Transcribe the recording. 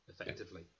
effectively